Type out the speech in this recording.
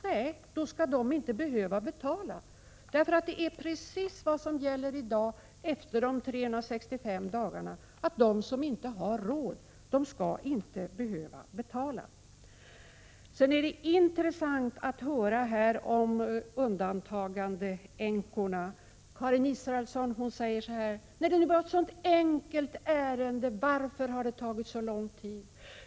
Nej, då skall de inte behöva betala, för regeln är precis densamma som den som nu gäller efter 365 dagar, att de som inte har råd inte skall behöva betala. Det är intressant att höra vad som här sägs om undantagandeänkorna. Karin Israelsson säger: När det var ett så enkelt ärende, varför har det tagit så lång tid?